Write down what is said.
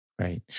Right